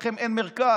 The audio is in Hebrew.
לכם אין מרכז,